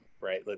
right